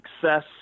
Success